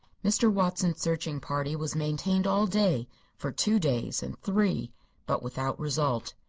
mr. watson's searching party was maintained all day for two days, and three but without result.